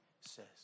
says